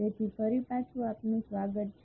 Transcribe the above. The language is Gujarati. તેથી ફરી પાછું આપનું સ્વાગત છે